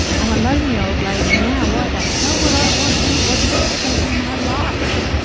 i'm a lonely old lady now, why the hell would i want anybody dictating my life.